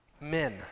Men